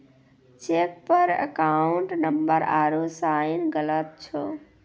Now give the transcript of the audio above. cheque पर account number आरू sign गलत छौ